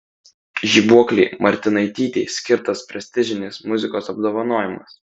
žibuoklei martinaitytei skirtas prestižinis muzikos apdovanojimas